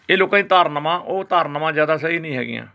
ਇਹ ਲੋਕਾਂ ਦੀਆਂ ਧਾਰਨਾਵਾਂ ਉਹ ਧਾਰਨਾਵਾਂ ਜ਼ਿਆਦਾ ਸਹੀ ਨਹੀਂ ਹੈਗੀਆਂ